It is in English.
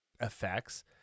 effects